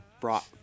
brought